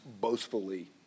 boastfully